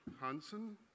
Hansen